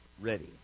Ready